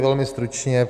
Velmi stručně.